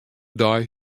dei